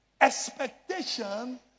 expectation